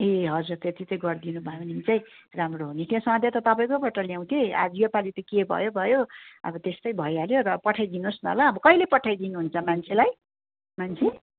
ए हजुर त्यति चाहिँ गरिदिनु भयो भने चाहिँ राम्रो हुने थियो सधैँ त तपाईँकैबाट ल्याउँथे आ योपालि त के भयो भयो अब त्यस्तै भइहाल्यो र पठाइदिनोस् न ल अब कहिले पठाइदिनुहुन्छ मान्छेलाई मान्छे